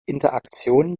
interaktion